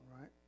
right